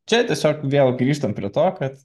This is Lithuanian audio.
čia tiesiog vėl grįžtant prie to kad